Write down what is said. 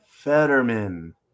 Fetterman